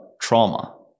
trauma